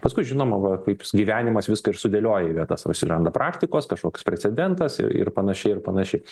paskui žinoma va kaip s gyvenimas viską ir sudėlioja į vietas atsiranda praktikos kažkoks precedentas i ir panašiai ir panašiai